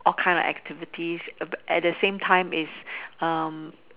all kind of activities at the same time is